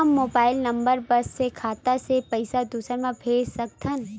का mobile number बस से खाता से पईसा दूसरा मा भेज सकथन?